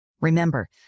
Remember